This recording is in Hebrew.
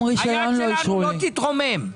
היד שלנו לא תתרומם.